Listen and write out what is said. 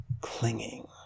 clinging